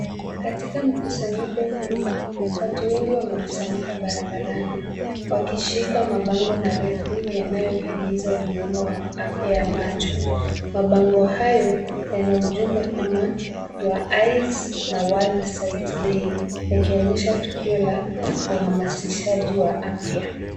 Katika mkusanyiko huu, watu wengi wamekusanyika barabarani wakishika mabango marefu yanayohimiza umuhimu wa afya ya macho. Mabango hayo yana ujumbe kama your eyes na world sight day ikionyesha tukio la uhamasishaji wa afya.